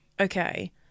okay